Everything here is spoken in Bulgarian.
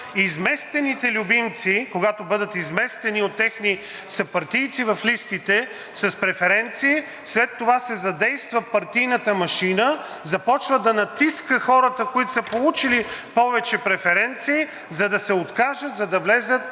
изместените любимци, когато бъдат изместени от техни съпартийци в листите с преференции, след това се задейства партийната машина, започва да натиска хората, които са получили повече преференции, за да се откажат, за да влезе